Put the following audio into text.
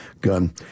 gun